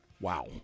Wow